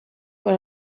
por